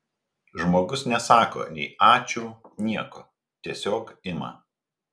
žmogus nesako nei ačiū nieko tiesiog ima